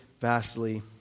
vastly